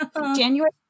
January